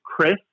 Chris